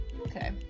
okay